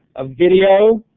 a video,